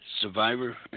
Survivor